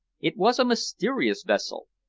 it was a mysterious vessel,